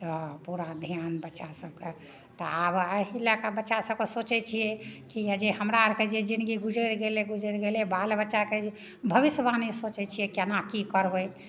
तऽ पूरा ध्यान बच्चा सबके तऽ आब अयसी लए कऽ बच्चा सबके सोचै छियै की जे हमरा आरके जे जिनगी गुजैर गेलै गुजैर गेलै बाल बच्चा कए जे भाबिष्यबाणी सोचै छियै केना की करबै